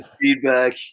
feedback